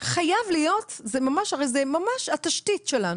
חייב להיות, הרי זה ממש התשתית שלנו.